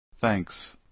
Thanks